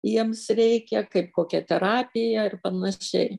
jiems reikia kaip kokia terapija ir panašiai